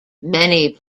many